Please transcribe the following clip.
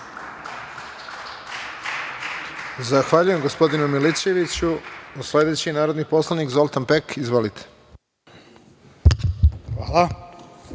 Zahvaljujem gospodinu Milićeviću. Sledeći je narodni poslanik Zoltan Pek. Izvolite. **Zoltan